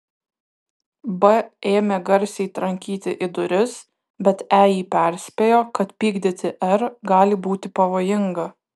b ėmė garsiai trankyti į duris bet e jį perspėjo kad pykdyti r gali būti pavojinga